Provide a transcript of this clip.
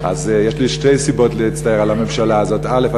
אז יש לי שתי סיבות להצטער על הממשלה הזאת: א.